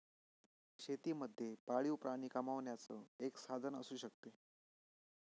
शेती मध्ये पाळीव प्राणी कमावण्याचं एक साधन असू शकतो